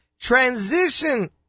Transition